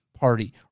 Party